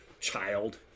child